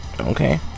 Okay